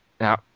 Now